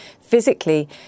physically